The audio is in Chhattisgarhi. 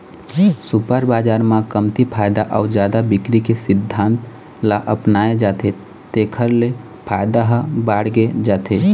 सुपर बजार म कमती फायदा अउ जादा बिक्री के सिद्धांत ल अपनाए जाथे तेखर ले फायदा ह बाड़गे जाथे